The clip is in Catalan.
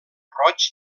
roig